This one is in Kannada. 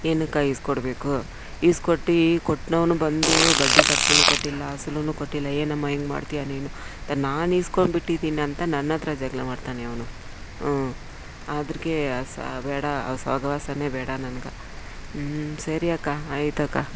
ಏನಕ್ಕ ಈಸ್ಕೊಡ್ಬೇಕು ಈಸ್ಕೊಟ್ಟು ಕೊಟ್ಟವ್ನು ಬಂದು ಬಡ್ಡಿ ಕಟ್ಸನ್ನು ಕೊಟ್ಟಿಲ್ಲ ಅಸಲುನೂ ಕೊಟ್ಟಿಲ್ಲ ಏನಮ್ಮ ಹಿಂಗೆ ಮಾಡ್ತೀಯಾ ನೀನು ಅಂತ ನಾನು ಈಸ್ಕೊಂಡ್ಬಿಟ್ಟಿದ್ದೀನಂತ ನನ್ನ ಹತ್ರ ಜಗಳ ಮಾಡ್ತಾನೆ ಅವನು ಹ್ಞೂ ಅದಕ್ಕೆ ಸ ಬೇಡ ಆ ಸಹವಾಸನೇ ಬೇಡ ನನ್ಗೆ ಹ್ಞೂ ಸರಿ ಅಕ್ಕ ಆಯ್ತಕ್ಕ